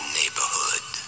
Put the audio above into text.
neighborhood